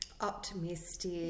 optimistic